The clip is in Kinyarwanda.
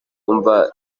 mva